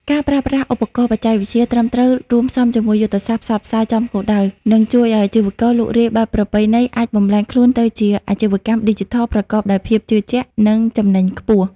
ការប្រើប្រាស់ ឧបករណ៍បច្ចេកវិទ្យា ត្រឹមត្រូវ រួមផ្សំជាមួយយុទ្ធសាស្ត្រ ផ្សព្វផ្សាយចំគោលដៅ នឹងជួយឱ្យអាជីវករលក់រាយបែបប្រពៃណីអាចបំប្លែងខ្លួនទៅជា អាជីវកម្មឌីជីថល ប្រកបដោយភាពជឿជាក់ និងចំណេញខ្ពស់។